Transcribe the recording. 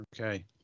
Okay